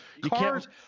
cars